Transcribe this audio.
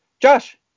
josh